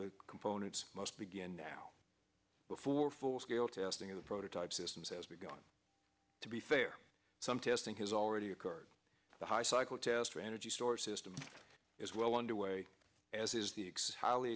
the components must begin now before full scale testing of the prototype systems has begun to be fair some testing has already occurred the high cycle test for energy storage systems is well underway as is the excess highly